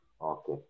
Okay